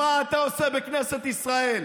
מה אתה עושה בכנסת ישראל?